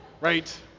right